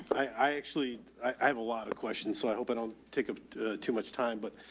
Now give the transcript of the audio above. i actually, i have a lot of questions, so i hope i don't take up too much time. but,